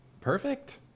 Perfect